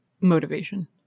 motivation